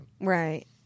Right